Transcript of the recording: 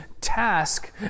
task